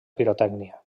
pirotècnia